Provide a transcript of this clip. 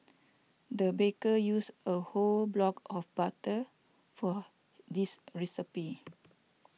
the baker used a whole block of butter for this recipe